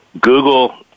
Google